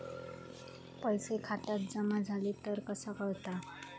पैसे खात्यात जमा झाले तर कसा कळता?